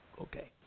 okay